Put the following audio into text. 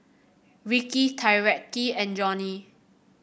Ricci Tyreke and Johnnie